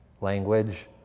language